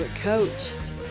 coached